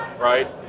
right